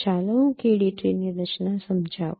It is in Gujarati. ચાલો હું K D ટ્રી ની રચના સમજાવું